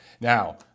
Now